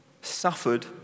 suffered